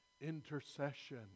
intercession